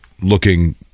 looking